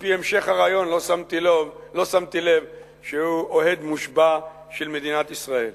על-פי המשך הריאיון לא שמתי לב שהוא אוהד מושבע של מדינת ישראל.